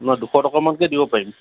নহয় দুশ টকামানকে দিব পাৰিম